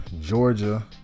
Georgia